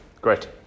great